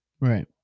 Right